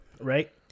right